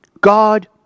God